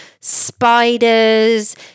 spiders